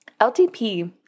LTP